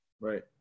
right